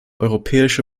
europäische